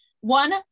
one